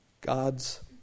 God's